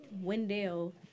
Wendell